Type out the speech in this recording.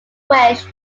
wish